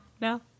No